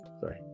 sorry